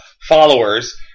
followers